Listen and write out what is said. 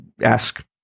ask